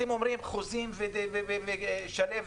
אתם אומרים חוזים ומדברים על גבריאלה שלו.